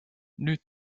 nüüd